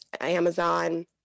Amazon